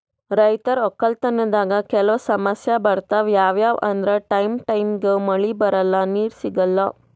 ರೈತರ್ ವಕ್ಕಲತನ್ದಾಗ್ ಕೆಲವ್ ಸಮಸ್ಯ ಬರ್ತವ್ ಯಾವ್ಯಾವ್ ಅಂದ್ರ ಟೈಮ್ ಟೈಮಿಗ್ ಮಳಿ ಬರಲ್ಲಾ ನೀರ್ ಸಿಗಲ್ಲಾ